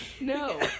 No